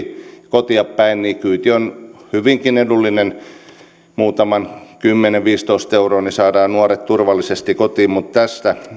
kotiin päin kyyti on hyvinkin edullinen kymmenen viiva viisitoista euroa niin saadaan nuoret turvallisesti kotiin mutta tässä